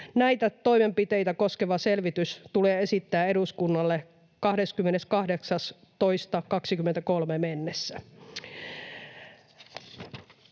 Näitä toimenpiteitä koskeva selvitys tulee esittää eduskunnalle 28.2.23 mennessä.”